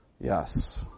Yes